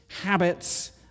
habits